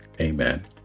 Amen